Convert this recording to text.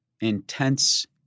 intense